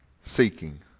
seeking